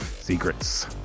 secrets